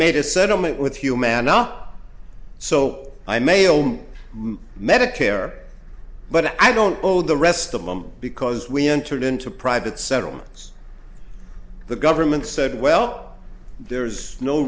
made a settlement with humana so i may own medicare but i don't know the rest of them because we entered into private settlements the government said well there's no